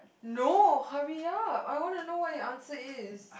no hurry up I wanna know what your answer is